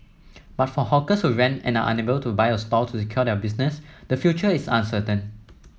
but for hawkers who rent and are unable to buy a stall to secure their business the future is uncertain